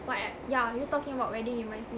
why I yeah you talking about wedding reminds me